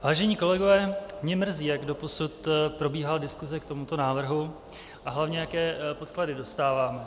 Vážení kolegové, mě mrzí, jak doposud probíhala diskuse k tomuto návrhu, a hlavně jaké podklady dostáváme.